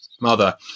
mother